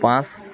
পাঁচ